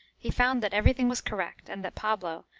he found that every thing was correct, and that pablo,